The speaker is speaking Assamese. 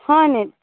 হয় নেকি